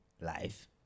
life